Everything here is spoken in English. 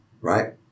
right